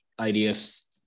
IDF's